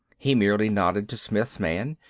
he merely nodded to smith's man,